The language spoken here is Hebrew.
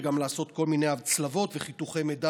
וגם לעשות כל מיני הצלבות וחיתוכי מידע